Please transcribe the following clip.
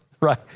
right